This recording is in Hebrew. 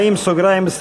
סעיף 40(24)